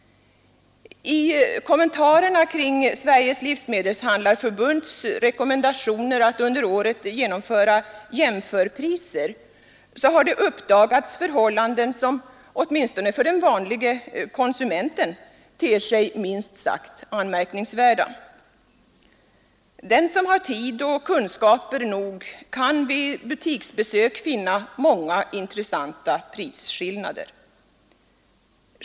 I kommentarerna kring Sveriges livsmedelshandlareförbunds rekommendationer att under året genomföra jämförpriser har det uppdagats förhållanden som åtminstone för den vanlige konsumenten ter sig minst sagt anmärkningsvärda. Den som har tid och kunskaper nog kan vid ett butiksbesök finna många intressanta prisskillnader.